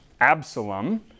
Absalom